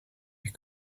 you